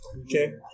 Okay